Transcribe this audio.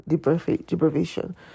deprivation